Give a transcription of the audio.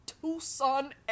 Tucson